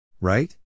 Right